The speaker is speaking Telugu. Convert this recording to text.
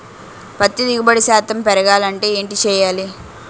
పత్తి దిగుబడి శాతం పెరగాలంటే ఏంటి చేయాలి?